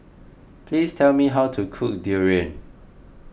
please tell me how to cook Durian